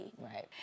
Right